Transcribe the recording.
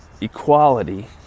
equality